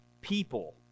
people